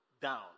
down